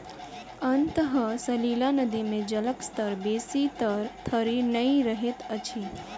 अंतः सलीला नदी मे जलक स्तर बेसी तर धरि नै रहैत अछि